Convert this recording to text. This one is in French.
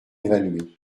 évaluée